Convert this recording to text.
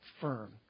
firm